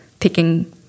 picking